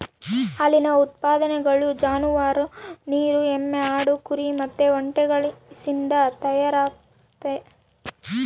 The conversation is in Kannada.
ಹಾಲಿನ ಉತ್ಪನ್ನಗಳು ಜಾನುವಾರು, ನೀರು ಎಮ್ಮೆ, ಆಡು, ಕುರಿ ಮತ್ತೆ ಒಂಟೆಗಳಿಸಿಂದ ತಯಾರಾಗ್ತತೆ